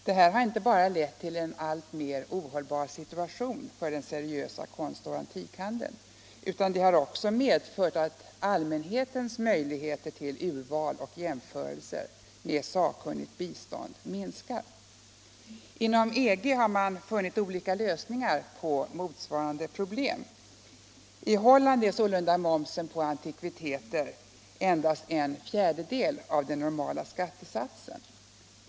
Detta har inte bara lett till en alltmer ohållbar situation för den seriösa konstoch antikhandeln, utan det har också medfört att allmänhetens möjligheter till urval och jämförelser med sakkunnigt bistånd minskat. Inom EG har man funnit olika lösningar på motsvarande problem. I Holland är sålunda momsen på antikviteter endast en fjärdedel av den normala skattesatsen.